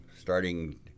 starting